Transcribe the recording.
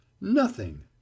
Nothing